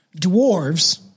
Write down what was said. Dwarves